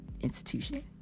institution